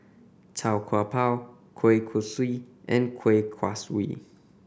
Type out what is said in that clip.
Tau Kwa Pau kueh kosui and Kueh Kaswi